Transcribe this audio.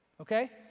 Okay